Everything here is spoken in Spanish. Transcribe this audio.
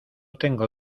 tengo